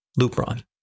Lupron